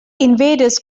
invaders